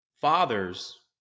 fathers